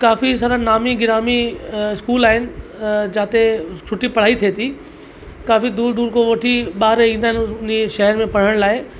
काफ़ी सारा नामी गिरामी स्कूल आहिनि जिते सुठी पढ़ाई थिए थी काफ़ी दूरि दूरि खां वठी ॿार ईंदा आहिनि इन शहर में पढ़ण लाइ